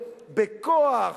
בכוח,